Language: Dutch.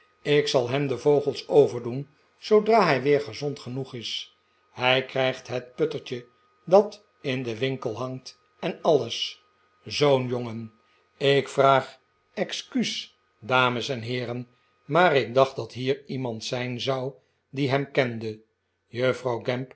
ik zal hem de vogels overdoen zoodra hij weer gezond genoeg is hij krijgt het puttertje dat in den winkel hangt en alles zoo'n jongen ik vraag excuus dames en heeren maar ik dacht dat hier iemand zijn zou die hem kende juffrouw